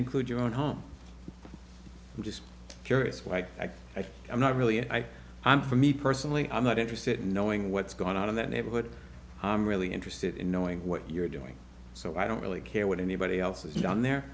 include your own home i'm just curious why i think i'm not really i m for me personally i'm not interested in knowing what's going on in that neighborhood i'm really interested in knowing what you're doing so i don't really care what anybody else is down there